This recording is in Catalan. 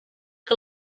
que